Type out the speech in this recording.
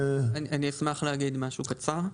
אני אשמח להגיד משהו קצר.